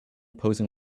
posing